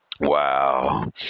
wow